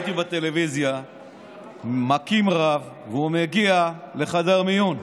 ראיתי בטלוויזיה שמכים רב והוא מגיע לחדר מיון.